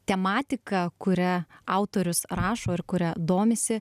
tematiką kuria autorius rašo ir kuria domisi